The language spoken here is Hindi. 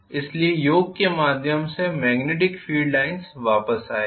इसलिए योक के माध्यम से मेग्नेटिक फील्ड लाइन्स वापस आएगी